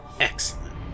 Excellent